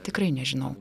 tikrai nežinau